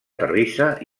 terrissa